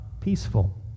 peaceful